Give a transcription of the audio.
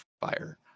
fire